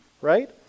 Right